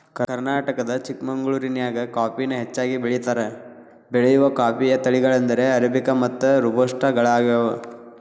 ಕರ್ನಾಟಕದ ಚಿಕ್ಕಮಗಳೂರಿನ್ಯಾಗ ಕಾಫಿನ ಹೆಚ್ಚಾಗಿ ಬೆಳೇತಾರ, ಬೆಳೆಯುವ ಕಾಫಿಯ ತಳಿಗಳೆಂದರೆ ಅರೇಬಿಕ್ ಮತ್ತು ರೋಬಸ್ಟ ಗಳಗ್ಯಾವ